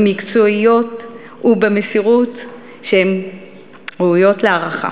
במקצועיות ובמסירות ראויות להערכה.